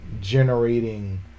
generating